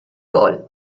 gol